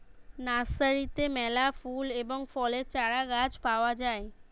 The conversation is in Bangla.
নার্সারিতে মেলা ফুল এবং ফলের চারাগাছ পাওয়া যায়